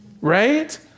Right